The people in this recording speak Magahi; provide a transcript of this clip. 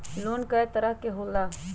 लोन कय तरह के होला?